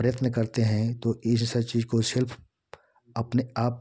प्रयत्न करते हैं तो इर सब चीज़ को सेल्फ़ अपने आप